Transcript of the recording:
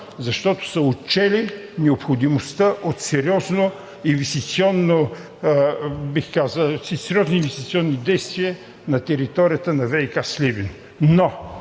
Защото са отчели необходимостта от сериозни инвестиционни действия на територията на ВиК – Сливен.